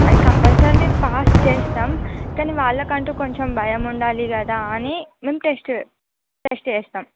అది కంపల్సరీ మేం పాస్ చేస్తాం కానీ వాళ్ళ కంటు కొంచెం భయం ఉండాలి కదా అని మేం టెస్ట్ టెస్ట్ చేస్తాం